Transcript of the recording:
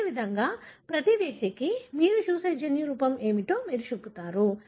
అదేవిధంగా ప్రతి వ్యక్తికి మీరు చూసే జన్యురూపం ఏమిటో మీరు చూపుతారు